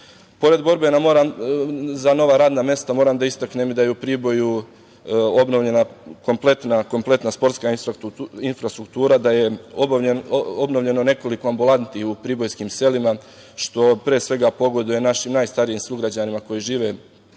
borbe za nova radna mesta, moram da istaknem da je u Priboju obnovljena kompletna sportska infrastruktura, da je obnovljeno nekoliko ambulanti u pribojskim selima, što pre svega pogoduje našim najstarijim sugrađanima koji žive u selima,